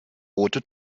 rote